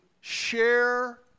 share